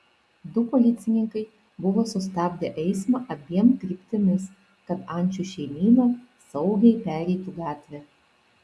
du policininkai buvo sustabdę eismą abiem kryptimis kad ančių šeimyna saugiai pereitų gatvę